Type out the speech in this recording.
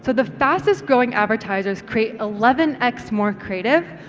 so the fastest growing advertisers create eleven x more creative,